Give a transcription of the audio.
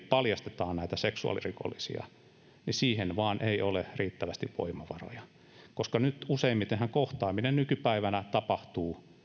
paljastetaan näitä seksuaalirikollisia ei vain ole riittävästi voimavaroja useimmitenhan kohtaaminen nykypäivänä tapahtuu